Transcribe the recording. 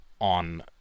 on